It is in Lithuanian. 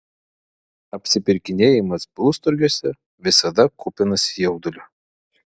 apsipirkinėjimas blusturgiuose visada kupinas jaudulio